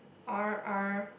R_R